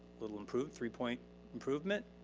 little improved, three point improvement.